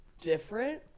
different